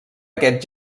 aquest